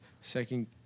Second